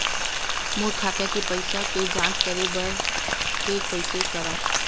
मोर खाता के पईसा के जांच करे बर हे, कइसे करंव?